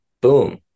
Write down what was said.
boom